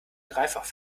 dreifach